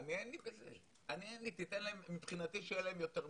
תן להם, מבחינתי שיהיה להם יותר מחיילות,